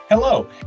Hello